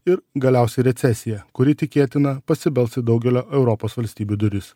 ir galiausiai recesija kuri tikėtina pasibels į daugelio europos valstybių duris